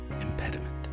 impediment